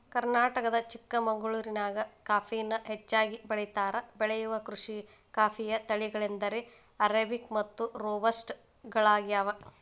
ಕರ್ನಾಟಕದ ಚಿಕ್ಕಮಗಳೂರಿನ್ಯಾಗ ಕಾಫಿನ ಹೆಚ್ಚಾಗಿ ಬೆಳೇತಾರ, ಬೆಳೆಯುವ ಕಾಫಿಯ ತಳಿಗಳೆಂದರೆ ಅರೇಬಿಕ್ ಮತ್ತು ರೋಬಸ್ಟ ಗಳಗ್ಯಾವ